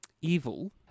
evil